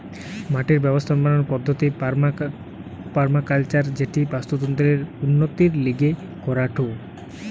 মাটির ব্যবস্থাপনার পদ্ধতির পার্মাকালচার যেটি বাস্তুতন্ত্রের উন্নতির লিগে করাঢু